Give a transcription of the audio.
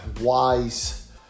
wise